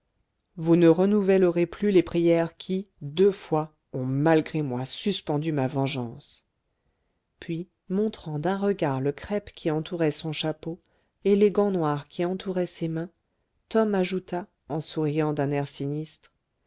vous ne renouvellerez plus les prières qui deux fois ont malgré moi suspendu ma vengeance puis montrant d'un regard le crêpe qui entourait son chapeau et les gants noirs qui entouraient ses mains tom ajouta en souriant d'un air sinistre